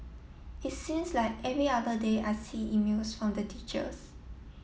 it seems like every other day I see emails from the teachers